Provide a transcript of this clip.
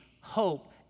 hope